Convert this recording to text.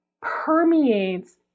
permeates